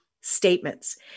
statements